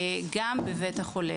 גם בבית החולה.